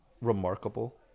remarkable